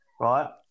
right